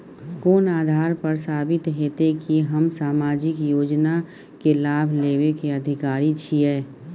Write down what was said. कोन आधार पर साबित हेते की हम सामाजिक योजना के लाभ लेबे के अधिकारी छिये?